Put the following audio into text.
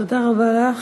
תודה רבה לך.